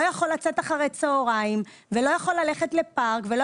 יכול לצאת אחרי צוהריים ולא יכול ללכת לפארק ולא